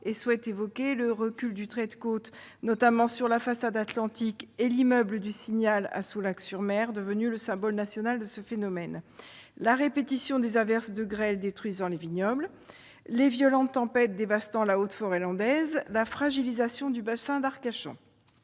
et souhaitait évoquer le recul du trait de côte, notamment sur la façade atlantique, et l'immeuble du Signal, à Soulac-sur-Mer, devenu le symbole national de ce phénomène, la répétition des averses de grêle détruisant les vignobles, les violentes tempêtes dévastant la haute forêt landaise et la fragilisation du bassin d'Arcachon.